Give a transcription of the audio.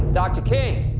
dr. king!